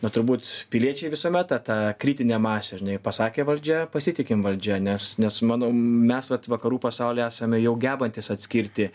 na turbūt piliečiai visuomet ta ta kritinė masė žinai pasakė valdžia pasitikim valdžia nes nes manau mes vat vakarų pasaulyje esame jau gebantys atskirti